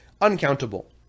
uncountable